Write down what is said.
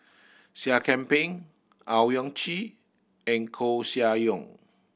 Seah Kian Peng Owyang Chi and Koeh Sia Yong